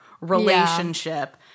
relationship